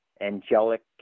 angelic